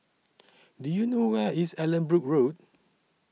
Do YOU know Where IS Allanbrooke Road